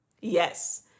Yes